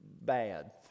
bad